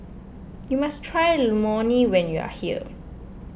you must try Lmoni when you are here